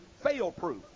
fail-proof